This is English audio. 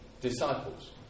disciples